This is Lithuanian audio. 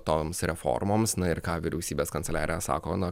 toms reformoms na ir ką vyriausybės kanceliarija sako na